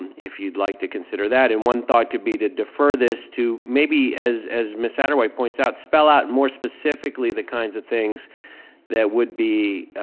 if you'd like to consider that. and one thought could be to defer this to, maybe, as as miss satterwhite points out, spell out more specifically the kinds of things that would be.